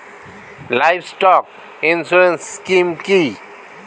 Livestock insurance scheme কি?